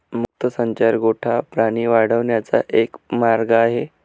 मुक्त संचार गोठा प्राणी वाढवण्याचा एक मार्ग आहे